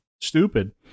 stupid